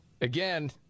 Again